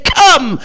come